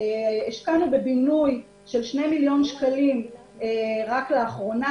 השקענו בבינוי של שני מיליון שקלים רק לאחרונה,